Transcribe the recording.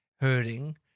hurting